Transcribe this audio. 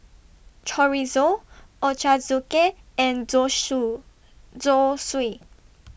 Chorizo Ochazuke and Zosui